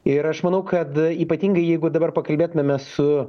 ir aš manau kad ypatingai jeigu dabar pakalbėtumėm mes su